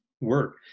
work